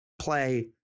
play